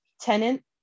tenant